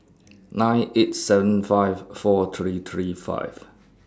nine eight seven five four three three five